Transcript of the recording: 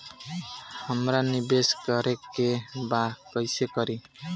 हमरा निवेश करे के बा कईसे करी?